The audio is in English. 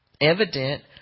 evident